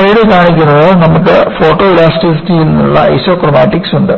ഈ സ്ലൈഡ് കാണിക്കുന്നത് നമുക്ക് ഫോട്ടോലാസ്റ്റിറ്റിയിൽ നിന്നുള്ള ഐസോക്രോമാറ്റിക്സ് ഉണ്ട്